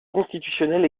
constitutionnel